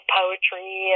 poetry